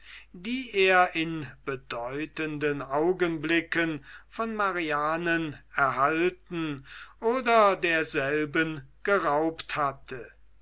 die er in bedeutenden augenblicken von marianen erhalten oder derselben geraubt hatte